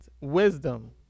wisdom